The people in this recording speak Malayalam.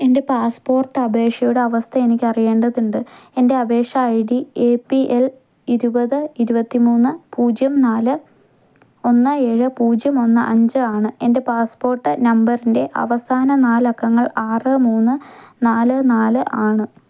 എൻ്റെ പാസ്പോർട്ട് അപേക്ഷയുടെ അവസ്ഥ എനിക്ക് അറിയേണ്ടതുണ്ട് എൻ്റെ അപേക്ഷ I D A P L ഇരുപത് ഇരുപത്തി മൂന്ന് പൂജ്യം നാല് ഒന്ന് ഏഴ് പൂജ്യം ഒന്ന് അഞ്ചാണ് എൻ്റെ പാസ്പോർട്ട് നമ്പറിൻ്റെ അവസാന നാലക്കങ്ങൾ ആറ് മൂന്ന് നാല് നാല് ആണ്